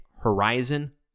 Horizon